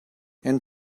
and